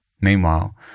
Meanwhile